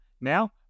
Now